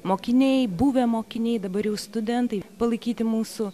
mokiniai buvę mokiniai dabar jau studentai palaikyti mūsų